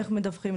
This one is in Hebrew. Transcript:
איך מדווחים,